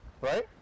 right